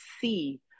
see